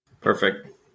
Perfect